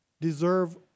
deserve